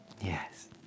Yes